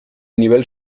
nivel